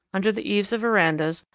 under the eaves of verandas,